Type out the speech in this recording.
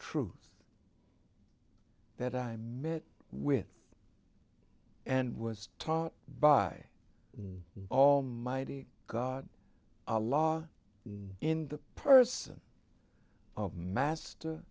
truth that i met with and was taught by all mighty god a law in the person of master